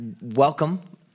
welcome